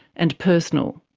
and personal.